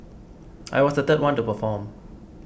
I was the third one to perform